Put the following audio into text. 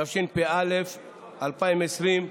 התשפ"א 2020,